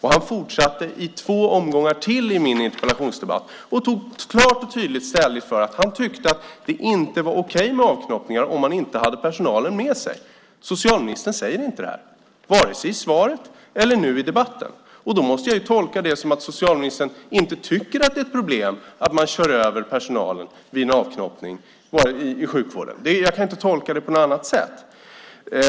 Han fortsatte i två omgångar i interpellationsdebatten och tog klart och tydligt ställning för att det inte var okej med avknoppningar om man inte hade personalen med sig. Socialministern sade inte detta i svaret och säger det inte nu i debatten. Då måste jag tolka det som att socialministern inte tycker att det är ett problem att personalen körs över vid en avknoppning i sjukvården. Jag kan inte tolka det på annat sätt.